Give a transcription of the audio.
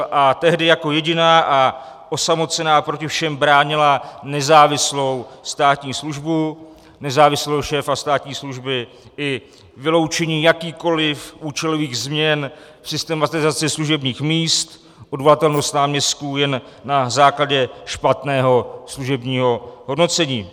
A tehdy jako jediná a osamocená proti všem bránila nezávislou státní službu, nezávislost šéfa státní služby i vyloučení jakýchkoli účelových změn v systematizaci služebních míst, odvolatelnost náměstků jen na základě špatného služebního hodnocení.